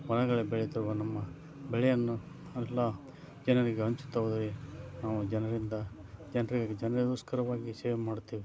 ಹೊಲಗಳಲ್ಲಿ ಬೆಳೆಯುತ್ತಿರುವ ನಮ್ಮ ಬೆಳೆಯನ್ನು ಎಲ್ಲ ಜನರಿಗೆ ಹಂಚುತ್ತಾ ಹೋದರೆ ನಾವು ಜನರಿಂದ ಜನರಿಗಾಗಿ ಜನರಿಗೋಸ್ಕರವಾಗಿ ಸೇವೆ ಮಾಡುತ್ತೇವೆ